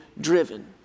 driven